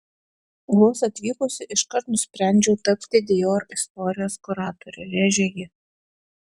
vos atvykusi iškart nusprendžiau tapti dior istorijos kuratore rėžė ji